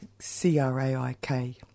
C-R-A-I-K